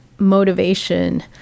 motivation